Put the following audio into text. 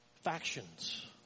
factions